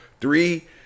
three